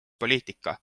poliitika